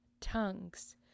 tongues